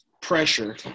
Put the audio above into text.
pressure